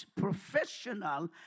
professional